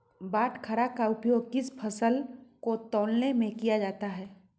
बाटखरा का उपयोग किस फसल को तौलने में किया जाता है?